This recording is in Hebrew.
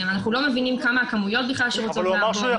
אנחנו לא מבינים מה הכמויות --- אבל הוא אמר שהוא יכול.